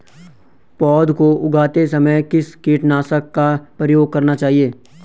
पौध को उगाते समय किस कीटनाशक का प्रयोग करना चाहिये?